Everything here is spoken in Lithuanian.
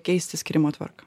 keisti skyrimo tvarką